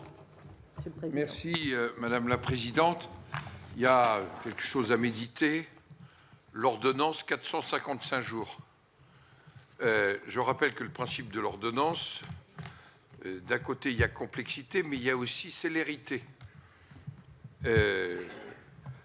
Merci madame la présidente, il y a quelque chose à méditer l'ordonnance 455 jours. Je rappelle que le principe de l'ordonnance d'un côté, il y a complexité mais il y a aussi celles